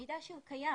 מידע שהוא קיים